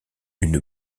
une